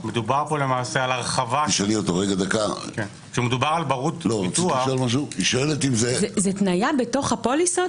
שמדובר פה למעשה על הרחבה --- זה תניה בתוך הפוליסות,